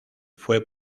fue